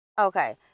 Okay